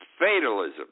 fatalism